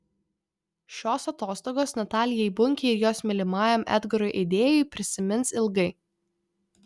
šios atostogos natalijai bunkei ir jos mylimajam edgarui eidėjui prisimins ilgai